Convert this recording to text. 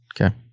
Okay